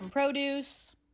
Produce